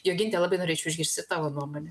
joginte labai norėčiau išgirsti tavo nuomonę